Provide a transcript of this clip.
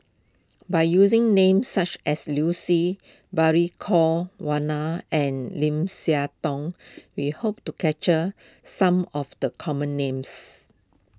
by using names such as Liu Si Balli Kaur and Lim Siah Tong we hope to catcher some of the common names